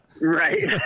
Right